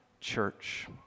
church